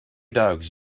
dogs